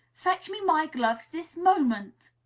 fetch me my gloves this moment!